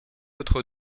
autre